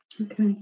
Okay